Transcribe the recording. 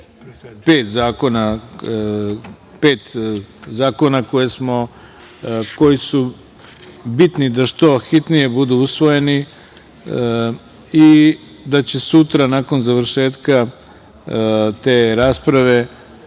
pet zakona koji su bitni da što hitnije budu usvojeni i da će sutra nakon završetka te rasprave